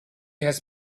has